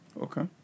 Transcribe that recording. Okay